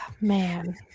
man